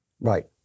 Right